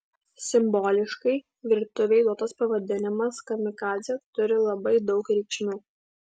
simboliškai virtuvei duotas pavadinimas kamikadzė turi labai daug reikšmių